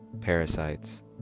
parasites